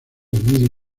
muy